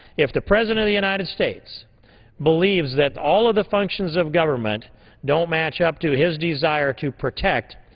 if the president of the united states believes that all of the functions of government don't match up to his desire to protect,